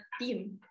team